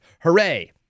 hooray